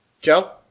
Joe